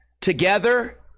together